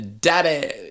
Daddy